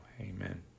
Amen